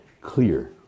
clear